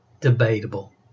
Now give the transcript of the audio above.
debatable